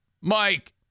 Mike